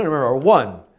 or one.